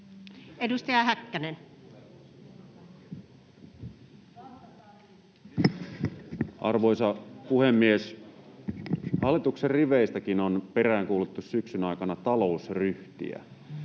15:25 Content: Arvoisa puhemies! Hallituksen riveistäkin on peräänkuulutettu syksyn aikana talousryhtiä.